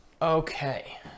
Okay